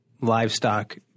livestock